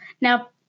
now